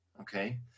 okay